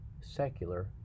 secular